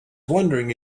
wondering